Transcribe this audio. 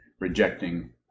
rejecting